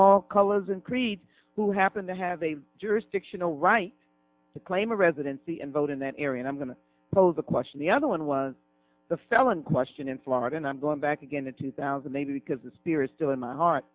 all colors and creeds who happen to have a jurisdictional right to claim residency and vote in that area and i'm going to pose the question the other one was the felon question in florida and i'm going back again to two thousand they do because the spirit still in the heart